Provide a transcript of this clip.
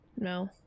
No